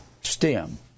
stem